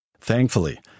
Thankfully